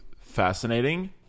fascinating